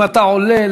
אם אתה עולה,